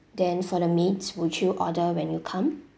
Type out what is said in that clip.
then for the mains would you order when you come